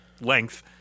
length